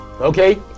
okay